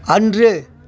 அன்று